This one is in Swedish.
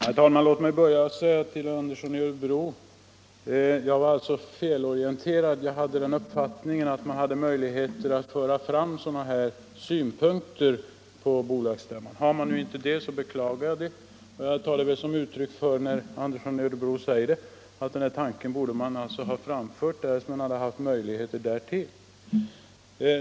Herr talman! Låt mig börja med att säga till herr Andersson i Örebro att jag tydligen var felorienterad. Jag hade den uppfattningen att man hade möjligheter att föra fram sådana här synpunkter på bolagsstämman. Har man inte det så beklagar jag det. Jag tar dock det som herr Andersson säger som ett erkännande av att man borde ha framfört den här tanken om man hade haft möjligheter därtill.